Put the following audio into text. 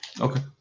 okay